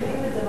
את זה,